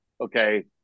okay